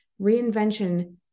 reinvention